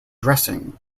dressing